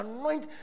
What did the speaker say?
anoint